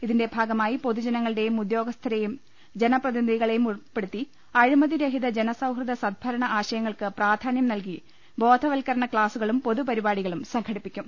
ഇതിന്റെ ഭാഗമായി പൊതുജനങ്ങളെയും ഉദ്യോഗസ്ഥ രെയും ജനപ്രതിനിധികളെയും ഉൾപ്പെടുത്തി അഴിമതി രഹിത ജന സൌഹൃദ സദ്ഭരണ ആശയങ്ങൾക്ക് പ്രാധാന്യം നൽകി ബോധവൽക്ക രണ ക്താസുകളും പൊതുപരിപാടികളും സംഘടിപ്പിക്കും